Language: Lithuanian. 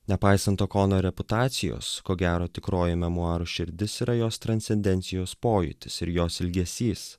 nepaisant okonor reputacijos ko gero tikroji memuarų širdis yra jos transcendencijos pojūtis ir jos ilgesys